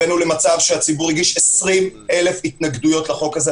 הבאנו למצב שהציבור הגיש 20,000 התנגדויות לחוק הזה,